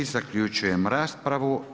Zaključujem raspravu.